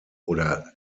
oder